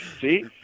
See